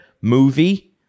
movie